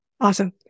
Awesome